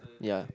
ya